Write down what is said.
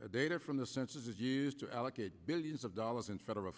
the data from the census is used to allocate billions of dollars in federal